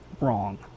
wrong